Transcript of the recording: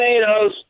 tomatoes